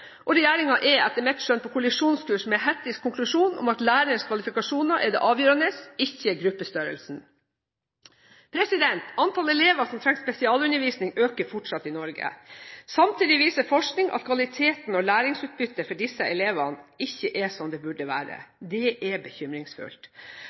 er etter mitt skjønn på kollisjonskurs med Hatties konklusjon om at lærerens kvalifikasjoner er det avgjørende, ikke gruppestørrelsen. Antall elever som trenger spesialundervisning, øker fortsatt i Norge. Samtidig viser forskning at kvaliteten og læringsutbyttet for disse elevene ikke er som det burde